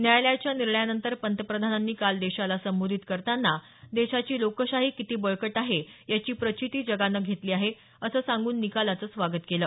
न्यायालयाच्या निर्णयानंतर पंतप्रधानांनी काल देशाला संबोधित करताना देशाची लोकशाही किती बळकट आहे याची प्रचिती जगानं घेतली आहे असं सांगून निकालाचं स्वागत केलं